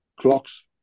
clocks